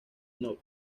note